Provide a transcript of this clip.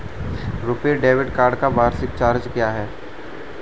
RuPay debit card का वार्षिक charge क्या है?